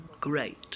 great